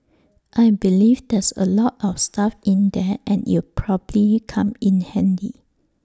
I believe there's A lot of stuff in there and it'll probably come in handy